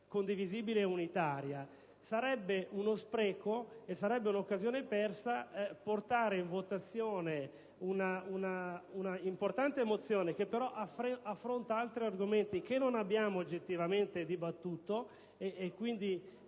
condivisibile e unitaria. Sarebbe uno spreco e un'occasione persa portare in votazione una mozione che è importante ma che però affronta altri argomenti, che non abbiamo oggettivamente dibattuto, quali